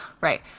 right